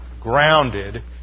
grounded